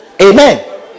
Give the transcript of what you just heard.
Amen